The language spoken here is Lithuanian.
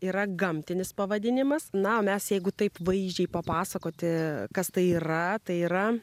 yra gamtinis pavadinimas na mes jeigu taip vaizdžiai papasakoti kas tai yra tai yra